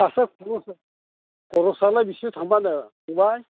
सासेयाव फन्द्रस' खरसआलाय बेसेथो थांमारो फंबाइ